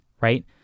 right